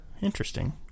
Interesting